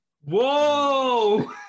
Whoa